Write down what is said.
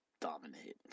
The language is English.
dominate